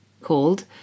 called